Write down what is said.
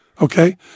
okay